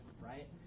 right